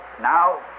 now